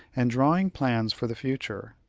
and drawing plans for the future.